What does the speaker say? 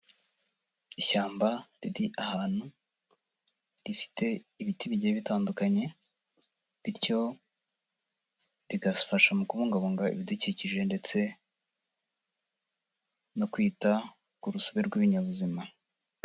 Ishyamba riri ahantu rifite ibiti bigiye bitandukanye, bityo rigafasha mu kubungabunga ibidukikije ndetse no kwita ku rusobe rw'ibinyabuzima.